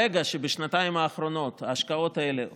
ברגע שבשנתיים האחרונות ההשקעות האלה הופסקו,